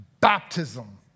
baptism